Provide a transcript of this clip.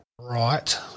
right